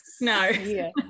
No